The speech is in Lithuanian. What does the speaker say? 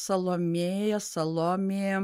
salomėja salomė